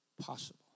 possible